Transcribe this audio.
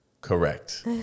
Correct